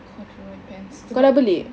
corduroy pants so like